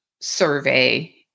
survey